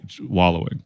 wallowing